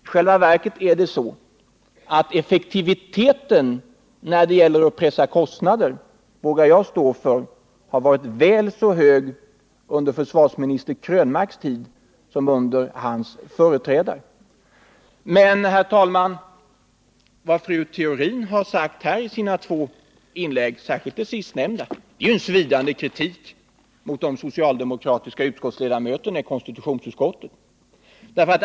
I själva verket är det så att effektiviteten när det gällt att pressa kostnader har varit väl så hög under försvarsminister Krönmarks tid som under hans företrädare — det vågar jag stå för. Men vad fru Theorin sagt i sina två inlägg här, särskilt i det sista, innebär en svidande kritik mot de socialdemokratiska ledamöterna i konstitutionsutskottet.